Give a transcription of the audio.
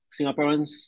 Singaporeans